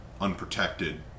unprotected